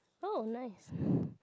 oh nice